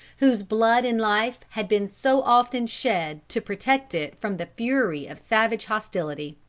whose blood in life had been so often shed to protect it from the fury of savage hostility.